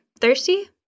Thirsty